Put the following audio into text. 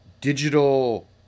digital